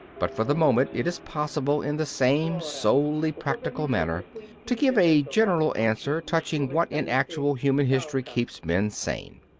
but for the moment it is possible in the same solely practical manner to give a general answer touching what in actual human history keeps men sane.